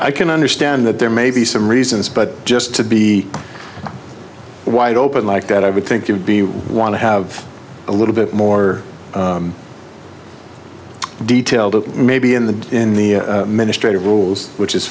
i can understand that there may be some reasons but just to be wide open like that i would think you'd be want to have a little bit more detail maybe in the in the ministry of rules which is